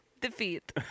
Defeat